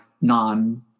non